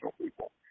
people